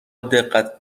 دقت